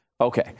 Okay